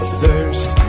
thirst